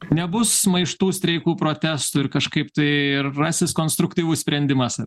nebus maištų streikų protestų ir kažkaip tai ir rasis konstruktyvus sprendimas